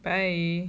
bye